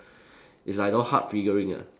it's like those hard figurine ah